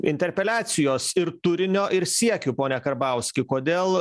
interpeliacijos ir turinio ir siekių pone karbauski kodėl